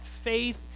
faith